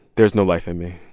there's no life in me.